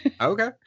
Okay